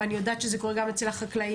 ואני יודעת שזה קורה גם אצל החקלאים.